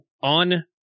on